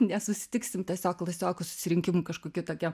nesusitiksim tiesiog klasiokų susirinkimų kažkokiu tokie